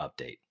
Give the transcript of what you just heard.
update